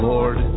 Lord